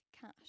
cash